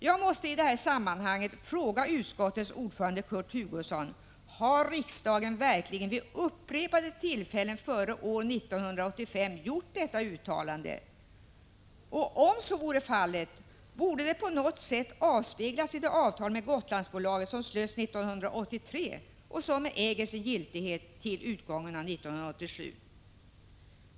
Jag måste i det sammanhanget fråga utskottets ordförande Kurt Hugosson: Har riksdagen verkligen vid upprepade tillfällen före år 1985 gjort detta uttalande? Om så vore fallet borde det på något sätt avspeglas i det avtal med Gotlandsbolaget som slöts 1983 och som äger sin giltighet till utgången av 1987.